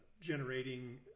generating